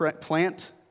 plant